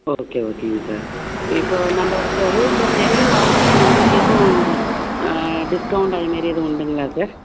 okay ஓகேங்க sir இப்போது நம்ப இப்போ ஹோல்சேல் நிறைய வாங்குறப்போ நம்பளுக்கு எதுவும் டிஸ்கௌண்ட் அது மாரி எதும் உண்டுங்களா சார்